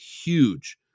huge